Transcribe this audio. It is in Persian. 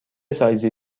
سایزی